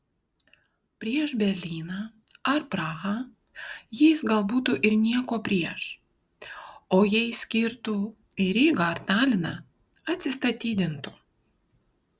prieš berlyną ar prahą jis gal būtų ir nieko prieš o jei skirtų į rygą ar taliną atsistatydintų